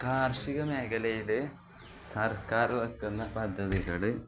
കാർഷിക മേഖലയില് സർക്കാർ വയ്ക്കുന്ന പദ്ധതികള്